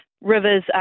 rivers